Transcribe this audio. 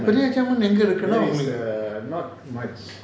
பெரியாச்சி அம்மன் எங்க இருக்குன்னு உங்களுக்கு:periyaachi amman enga irukuna ungaluku